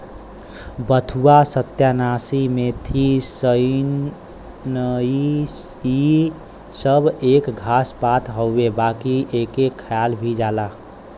बथुआ, सत्यानाशी, मेथी, सनइ इ सब एक घास पात हउवे बाकि एके खायल भी जाला